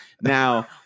now